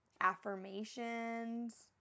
Affirmations